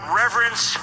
reverence